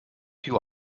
più